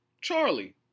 Charlie